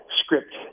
script